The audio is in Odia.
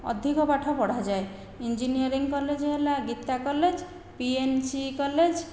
ଅଧିକ ପାଠ ପଢ଼ାଯାଏ ଇଞ୍ଜିନିୟରିଂ କଲେଜ ହେଲା ଗୀତା କଲେଜ ପିଏନସି କଲେଜ